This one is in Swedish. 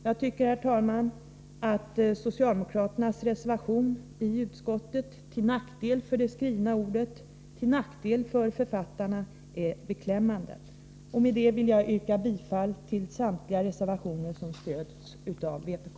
Jag tycker, herr talman, att socialdemokraternas reservation i utskottet till nackdel för det skrivna ordet, till nackdel för författarna, är beklämmande. Med detta vill jag yrka bifall till samtliga reservationer som stöds av vpk.